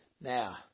Now